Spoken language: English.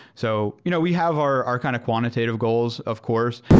so you know we have our our kind of quantitative goals, of course.